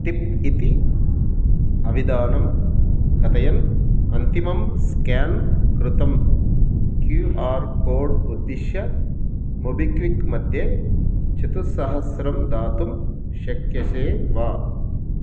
tip इति अविदानं कथयन् अन्तिमं स्केन् कृतं क्यू आर् कोड् उद्दिश्य मोबिक्विक् मध्ये चतुस्सहस्रं दातुं शक्यसे वा